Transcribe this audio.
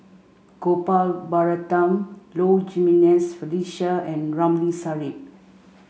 Gopal Baratham Low Jimenez Felicia and Ramli Sarip